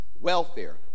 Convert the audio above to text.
welfare